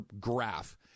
graph